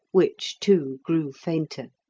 which, too, grew fainter.